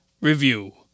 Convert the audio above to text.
review